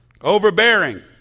overbearing